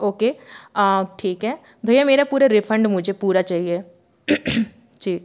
okay ठीक है भैया मेरा पूरे रिफंड मुझे पूरा चाहिए जी